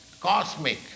cosmic